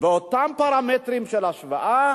באותם פרמטרים של השוואה,